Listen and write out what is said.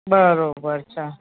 બરાબર છે